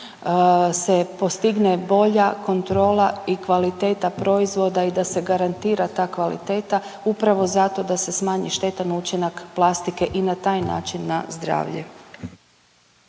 se postigne bolja kontrola i kvaliteta proizvoda i da se garantira ta kvaliteta upravo zato da se smanji štetan učinak plastike i na taj način na zdravlje.